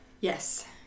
Yes